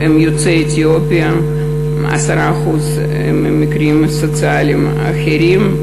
הם יוצאי אתיופיה, 10% הם מקרים סוציאליים אחרים.